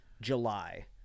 July